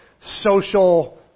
social